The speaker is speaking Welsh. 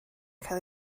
cael